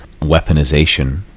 weaponization